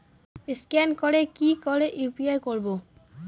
Scan করে কি করে ইউ.পি.আই করবো?